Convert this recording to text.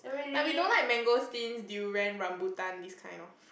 like we don't like mangosteens durians rambutan this kind of